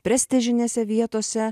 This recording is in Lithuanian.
prestižinėse vietose